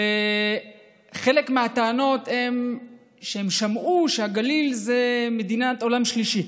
וחלק מהטענות הן שהם שמעו שהגליל זה מדינת עולם שלישי,